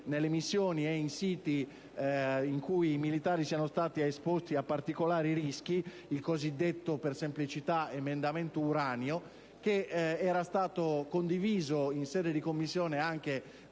nelle missioni e in siti in cui i militari siano stati esposti a particolari rischi. Per semplicità lo chiamiamo emendamento uranio, ed è stato condiviso in sede di Commissione anche